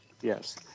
Yes